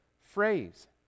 phrase